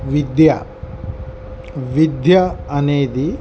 విద్య విద్య అనేది